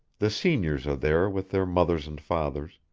the seniors are there with their mothers and fathers,